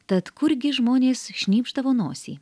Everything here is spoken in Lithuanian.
tad kurgi žmonės šnypšdavo nosį